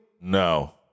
No